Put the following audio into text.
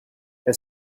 est